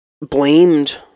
blamed